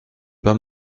pas